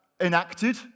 enacted